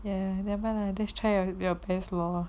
ya nevermind lah just try your best lor